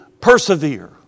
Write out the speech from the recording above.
persevere